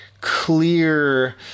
clear